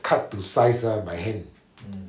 cut to size lah by hand